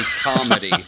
comedy